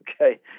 okay